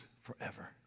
forever